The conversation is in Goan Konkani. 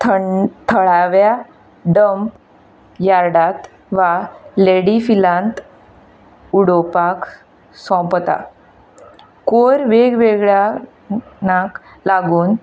थळाव्या डम्प यार्डांत वा लेडीफिलांत उडोवपाक सोंपता कयर वेग वेगळ्या कारणाक लागून